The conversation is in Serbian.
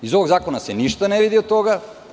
Iz ovog zakona se ništa ne vidi od toga.